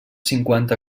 cinquanta